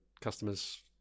customers